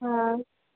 हा